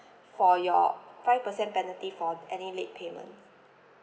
for your five percent penalty for any late payment